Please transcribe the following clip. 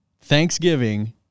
Thanksgiving